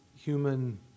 human